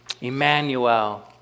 Emmanuel